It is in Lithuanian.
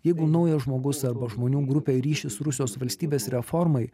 jeigu naujas žmogus arba žmonių grupė ryšis rusijos valstybės reformai